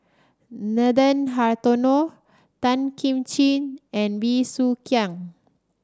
Nathan Hartono Tan Kim Ching and Bey Soo Khiang